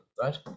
right